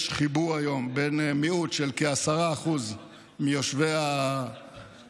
יש חיבור היום בין מיעוט של כ-10% מיושבי המליאה